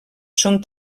són